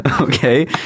Okay